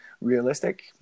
realistic